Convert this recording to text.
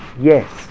Yes